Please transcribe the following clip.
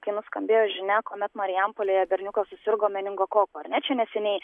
kai nuskambėjo žinia kuomet marijampolėje berniukas susirgo meningokoku ar ne čia neseniai